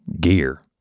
gear